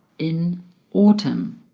in autumn